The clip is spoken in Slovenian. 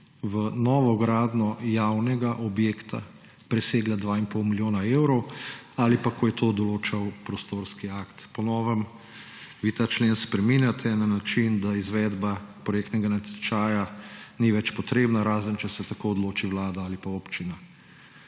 v novogradnjo javnega objekta presegla 2 in pol milijona evrov ali pa, ko je to določal prostorski akt. Po novem vi ta člen spreminjate na način, da izvedba projektnega natečaja ni več potrebna, razen če se tako odloči Vlada ali pa občina.